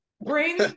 bring